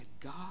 God